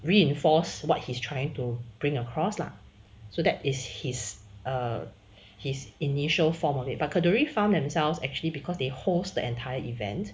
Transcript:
reinforce what he's trying to bring across lah so that is his uh his initial form of it but kadoori farm themselves actually because they host the entire event